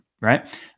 right